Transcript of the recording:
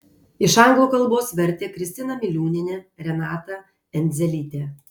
iš anglų kalbos vertė kristina miliūnienė renata endzelytė